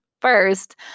first